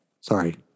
Sorry